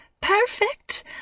Perfect